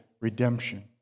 redemption